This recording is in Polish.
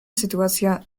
sytuacja